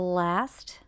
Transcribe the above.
last